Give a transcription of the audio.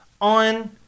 on